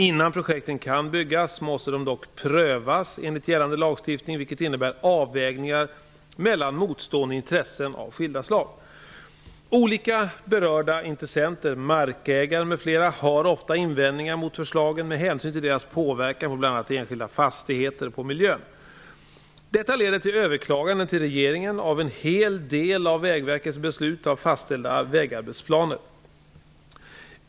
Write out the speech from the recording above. Innan projekten kan byggas måste de dock prövas enligt gällande lagstiftning, vilket innebär avvägningar mellan motstående intressen av skilda slag. Olika berörda intressenter, markägare m.fl. har ofta invändningar mot förslagen med hänsyn till deras påverkan av bl.a. enskilda fastigheter och av miljön. Detta leder till överklaganden till regeringen av en hel del av Vägverkets beslut att fastställa vägarbetsplaner.